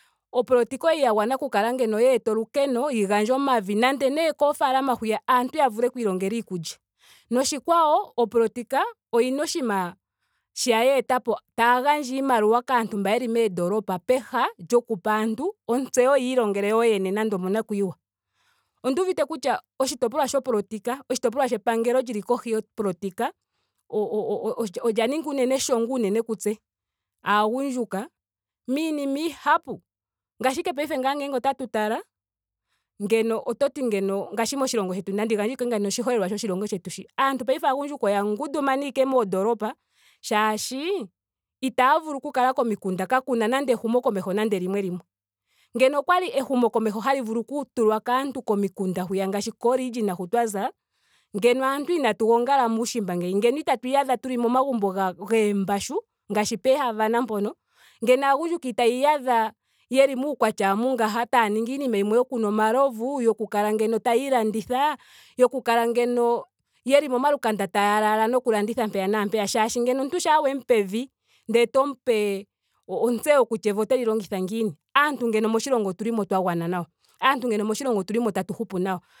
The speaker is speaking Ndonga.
Opolitika okwali ya gwana ngeno okweeta olukeno yi gandje omavi nando nee okoofalama hwiya aantu ya vule oku ilongela iikulya. Noshikwawo opolitika oyina oshinima shiya yeetapo. taya gandja iimaliwa kaantu mba yeli moondolopa. peha lyoku pa aantu otseyo ya ilongele yoyene nando omonakuyiwa. Onduuvite kutya oshitopolwa shopolotika. oshitopolwa shepangelo lili kohi yopolotikao o- olya ninga unene eshongo kutse aagundjuka miinima oyindji. Ngaashi ashike paife nge ngele otatu tala ngeno oto ti ngeno ngaashi moshilongo shetu naandi gandje ashike oshiholelwa shoshilongo shetu shi. aantu paife aagundjuka oya ngundumana ashike moondoolopa shaashi itaya vulu oku kala komikunda. kakuna nando ehumokomeho nando limwe limwe. Ngele okwali ehumokomeho hali vuu okutulwa kaantu komikunda hwiya ngaashi ko region hu twa za. ngeno aantu inatu gongala muushimba ngeyi. ngeno itatu iyadha tuli momagumbo goombashu ngaashi ngaashi poo havano mpono. ngeno aagundjuka itaya iyadha yeli muukwatya mbu taya ningi iinima yimwe yoku nwa omalovu. yoku kala ngeno taya ilanditha. yoku kala ngeno momalukanda tayaa laala noku landitha mpeya naampeya. shaashi ngeno omuntu shampa we mu pe evi ndele tomu pe ontseyo kutya evi oteli longitha ngiini. aantu ngeno moshilongo otuli mo twa gwana nawa. aantu ngeno moshilongo otuli mo tatu hupu nawa